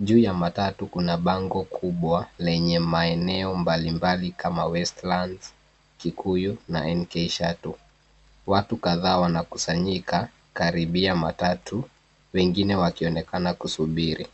Juu ya matatu kuna bango kubwa lenye maeneo mbalimbali kama Westlands, Kikuyu na NK Shuttle. Watu kadhaa wanakusanyika karibia matatu wengine wakionekana kusubiri.